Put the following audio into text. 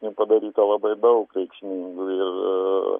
nepadaryta labai daug veiksnių ir